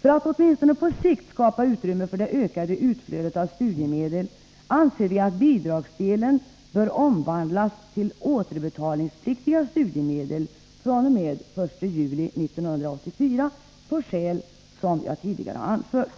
För att åtminstone på sikt skapa utrymme för det ökade utflödet av studiemedel anser vi att bidragsdelen bör omvandlas till återbetalningspliktiga studiemedel fr.o.m. den 1 juli 1984, av skäl som jag tidigare har anfört.